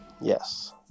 Yes